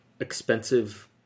expensive